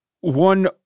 one